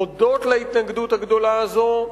הודות להתנגדות הגדולה הזו,